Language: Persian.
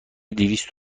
دویست